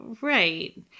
Right